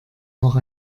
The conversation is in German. noch